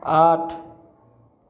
आठ